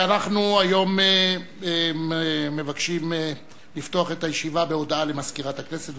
אנחנו מבקשים לפתוח את הישיבה היום בהודעה למזכירת הכנסת.